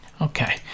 Okay